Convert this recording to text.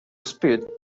speed